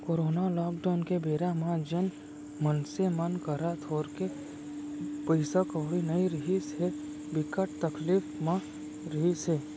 corona lockdown के बेरा म जेन मनसे मन करा थोरको पइसा कउड़ी नइ रिहिस हे, बिकट तकलीफ म रिहिस हे